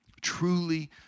truly